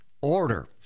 Order